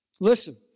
Listen